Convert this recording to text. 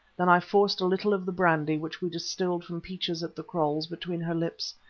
then i forced a little of the brandy which we distilled from peaches at the kraals between her lips,